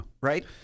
Right